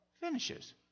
finishes